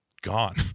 gone